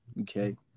okay